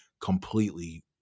completely